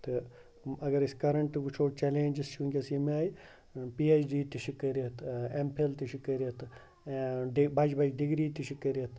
تہٕ اگر أسۍ کَرَنٹہٕ وٕچھو چَلینٛجِز چھِ وٕنکٮ۪س ییٚمہِ آیہِ پی ایچ ڈی تہِ چھِ کٔرِتھ ایم فِل تہِ چھِ کٔرِتھ بَجہِ بَجہِ ڈِگری تہِ چھِ کٔرِتھ